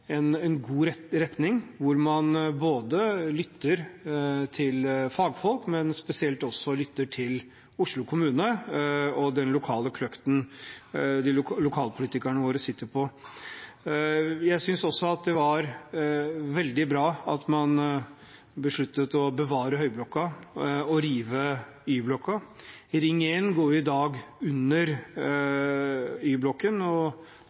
en god retning hvor man både lytter til fagfolk og spesielt lytter til Oslo kommune og den lokale kløkten lokalpolitikerne våre sitter på. Jeg syns også at det var veldig bra at man besluttet å bevare Høyblokka og rive Y-blokka. Ring 1 går i dag under Y-blokka, og